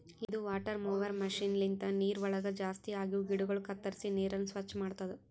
ಇದು water mower machine ಲಿಂತ ನೀರವಳಗ್ ಜಾಸ್ತಿ ಆಗಿವ ಗಿಡಗೊಳ ಕತ್ತುರಿಸಿ ನೀರನ್ನ ಸ್ವಚ್ಚ ಮಾಡ್ತುದ